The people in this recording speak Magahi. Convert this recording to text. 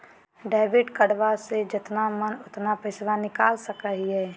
डेबिट कार्डबा से जितना मन उतना पेसबा निकाल सकी हय?